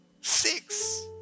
six